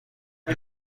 این